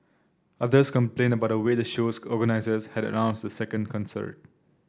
others complained about the way the show's organisers had announced the second concert